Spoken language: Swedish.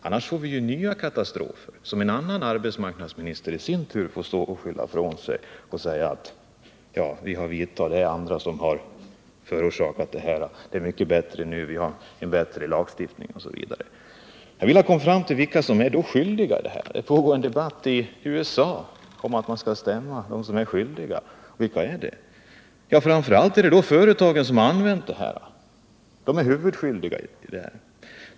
Annars får vi nya katastrofer, och en annan arbetsmarknadsminister får i sin tur stå upp och skylla ifrån sig och säga: Det är andra som har förorsakat detta, det är mycket bättre nu, vi har bättre lagstiftning osv. Jag vill komma fram till vilka som är skyldiga här. Det pågår en debatt i USA om att stämma dem som är skyldiga. Vilka är det? Framför allt är det de företag som använt de här medlen. De är huvudskyldiga.